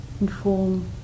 inform